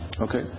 Okay